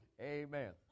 Amen